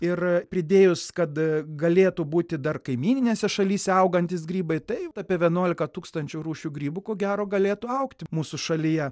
ir pridėjus kad galėtų būti dar kaimyninėse šalyse augantys grybai tai apie vienuolika tūkstančių rūšių grybų ko gero galėtų augti mūsų šalyje